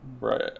Right